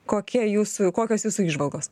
kokia jūsų kokios jūsų įžvalgos